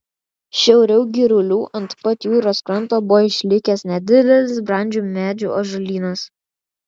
šiauriau girulių ant pat jūros kranto buvo išlikęs nedidelis brandžių medžių ąžuolynas